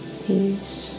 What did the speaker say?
peace